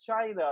China